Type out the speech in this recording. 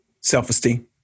self-esteem